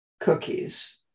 cookies